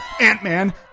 Ant-Man